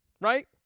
right